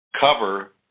cover